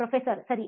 ಪ್ರೊಫೆಸರ್ಸರಿ